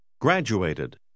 Graduated